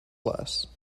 less